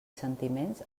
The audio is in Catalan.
sentiments